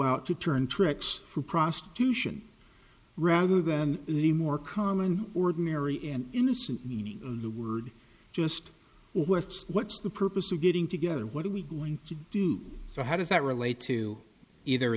out to turn tricks for prostitution rather than the more common ordinary and innocent meaning of the word just words what's the purpose of getting together what are we going to do so how does that relate to either